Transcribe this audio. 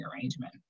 arrangement